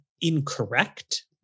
incorrect